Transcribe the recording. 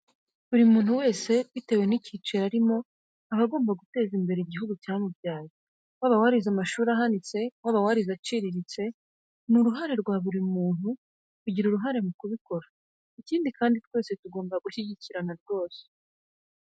Buri muntu wese bitewe ni ikiciro arimo aba agomba guteza imbere igihugu cyamubyaye. Waba warize amashuri ahanitse, waba warize aciriritse, ni uruhare rwa buri umwe mu kugira uruhare mu kubikora. Ikindi kandi, twese tuba tugomba gushyigikirana rwose.